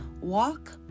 walk